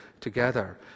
together